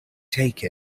take